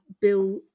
Bill